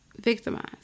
victimized